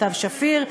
סתיו שפיר,